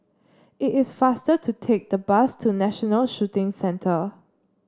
it is faster to take the bus to National Shooting Centre